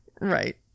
Right